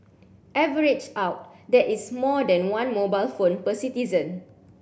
averaged out that is more than one mobile phone per citizen